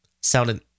sounded